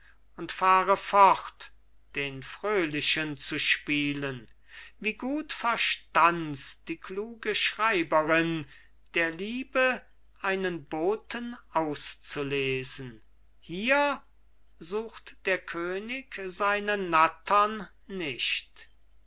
und fahre fort den fröhlichen zu spielen wie gut verstands die kluge schreiberin der liebe einen boten auszulesen hier sucht der könig seine nattern nicht